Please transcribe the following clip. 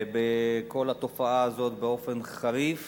בכל התופעה הזאת באופן מיידי, חריף